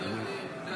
אני בעד.